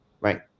right